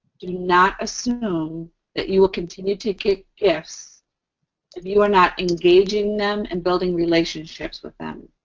do not assume that you will continue to get gifts if you are not engaging them and building relationships with them.